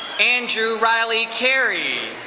andrew riley carrie.